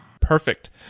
Perfect